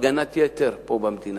הגנת-יתר פה במדינה.